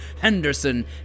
Henderson